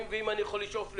תמיד צריך לשאוף ליותר.